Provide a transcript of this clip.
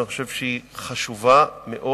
ואני חושב שהיא חשובה מאוד,